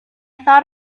thought